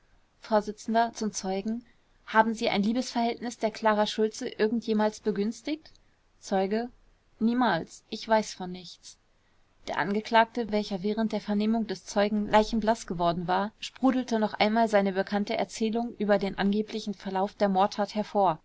vors zum zeugen haben sie ein liebesverhältnis der klara schultze irgend jemals begünstigt zeuge niemals ich weiß von nichts der angeklagte welcher während der vernehmung des zeugen leichenblaß geworden war sprudelte noch einmal seine bekannte erzählung über den angeblichen verlauf der mordtat hervor